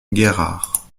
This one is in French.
guérard